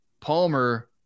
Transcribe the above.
Palmer